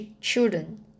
children